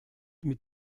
mit